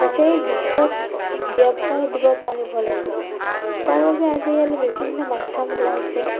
গোটেই বিশ্বত বিয়পাই দিব পাৰিব লাগিব তাৰ বাবে আজিকালি বিভিন্ন মাধ্যম ওলাইছে